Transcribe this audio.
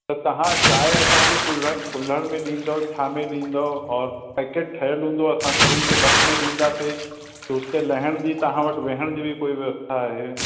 त तव्हां चांहि असांखे कुलहड़ कुलहड़ में ॾींदो छा में ॾींदो औरि पैकेट ठहियलु हूंदो असां सभिनि खे बस में ॾींदासीं त हुते लहण जी तव्हां वटि वेहण जी बि कोई व्यवस्था आहे